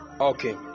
Okay